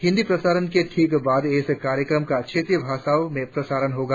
हिंदी प्रसारण के ठीक बाद इस कार्यक्रम का क्षेत्रीय भाषाओं में प्रसारण होगा